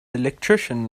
electrician